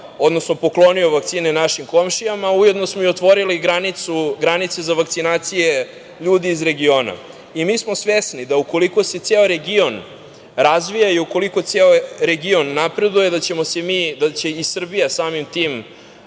odnosno poklonio vakcine našim komšijama. Ujedno smo i otvorili granice za vakcinacije ljudi iz regiona. Mi smo svesni da ukoliko se ceo region razvija i ukoliko ceo region napreduje da će i Srbija samim tim